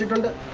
and